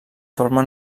forma